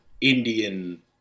Indian